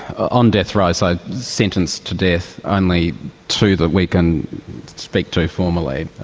on death row, so sentenced to death, only two that we can speak to ah formally,